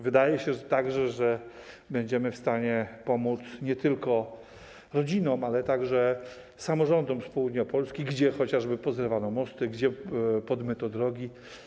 Wydaje się także, że będziemy w stanie pomóc nie tylko rodzinom, ale również samorządom z południa Polski, gdzie chociażby pozrywało mosty, gdzie podmyło drogi.